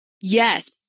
Yes